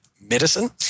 medicine